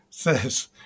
Says